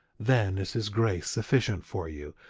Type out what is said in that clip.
then is his grace sufficient for you,